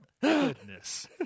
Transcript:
Goodness